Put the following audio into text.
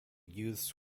youths